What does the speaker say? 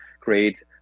create